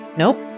Nope